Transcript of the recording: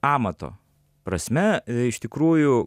amato prasme iš tikrųjų